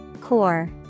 Core